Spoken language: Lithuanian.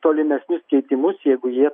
tolimesnius keitimus jeigu jie